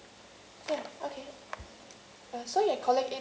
ya okay